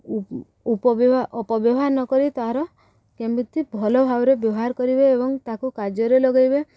ଉପ ଅପବ୍ୟବହାର ନକରି ତାର କେମିତି ଭଲ ଭାବରେ ବ୍ୟବହାର କରିବେ ଏବଂ ତାକୁ କାର୍ଯ୍ୟରେ ଲଗେଇବେ